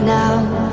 now